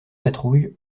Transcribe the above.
patrouille